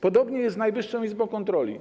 Podobnie jest z Najwyższą Izbą Kontroli.